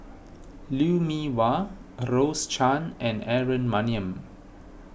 Lou Mee Wah Rose Chan and Aaron Maniam